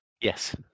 Yes